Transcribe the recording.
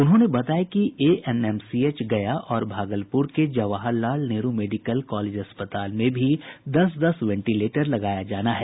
उन्होंने बताया कि एएनएमसीएच गया और भागलपुर के जवाहर लाल नेहरू मेडिकल कॉलेज अस्पताल में भी दस दस वेंटिलेटर लगाया जाना है